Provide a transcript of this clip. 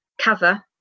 cover